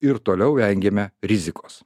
ir toliau vengiame rizikos